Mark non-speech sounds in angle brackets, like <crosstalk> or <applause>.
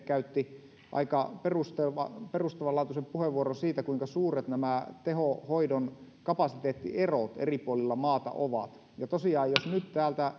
käytti aika perustavanlaatuisen puheenvuoron siitä kuinka suuret nämä tehohoidon kapasiteettierot eri puolilla maata ovat ja tosiaan jos nyt täältä <unintelligible>